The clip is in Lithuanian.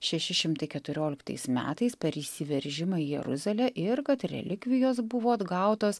šeši šimtai keturioliktais metais per įsiveržimą į jeruzalę ir kad relikvijos buvo atgautos